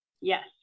Yes